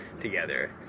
together